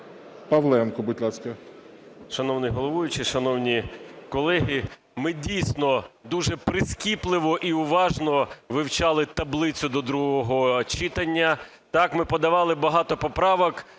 Павленко, будь ласка.